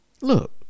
look